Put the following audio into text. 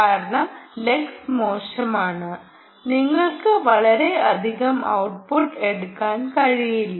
കാരണം ലക്സ് മോശമാണ് നിങ്ങൾക്ക് വളരെയധികം ഔട്ട്പുട്ട് എടുക്കാൻ കഴിയില്ല